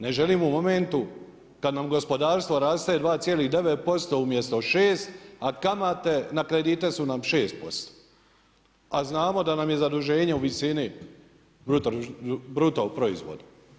Ne želim u momentu kada nam gospodarstvo raste 2,9% umjesto 6, a kamate na kredite su nam 6%, a znamo da nam je zaduženje u visini bruto proizvoda.